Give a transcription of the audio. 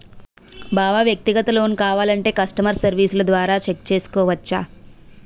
బావా వ్యక్తిగత లోన్ కావాలంటే కష్టమర్ సెర్వీస్ల ద్వారా చెక్ చేసుకోవచ్చు